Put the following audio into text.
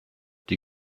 die